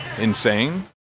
insane